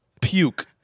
puke